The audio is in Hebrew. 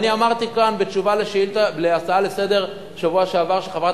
אמרתי כאן בתשובה על הצעה לסדר-היום של חברת